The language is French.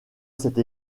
cette